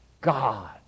God